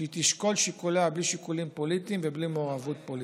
שתשקול את שיקוליה בלי שיקולים פוליטיים ובלי מעורבות פוליטית.